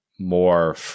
more